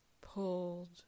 pulled